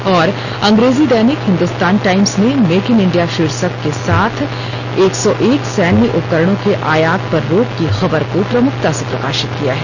और अंग्रेजी दैनिक हिंदुस्तान टाइम्स ने मेक इन इंडिया शीर्षक के साथ एक सौ एक सैन्य उपकरणों के आयात पर रोक की खबर को प्रमुखता से प्रकाशित किया है